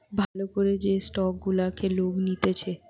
ভাল করে যে স্টক গুলাকে লোক নিতেছে